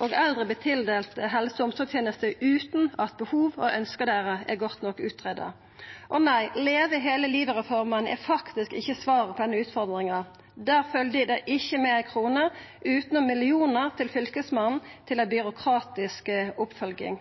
og eldre vert tildelt helse- og omsorgstenester utan at behova og ønska deira er godt nok utgreidde. Og nei, Leve hele livet-reforma er faktisk ikkje svaret på den utfordringa. Der følgde det ikkje med ei krone, utanom millionar til Fylkesmannen til ei